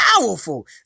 powerful